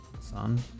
son